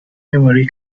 memory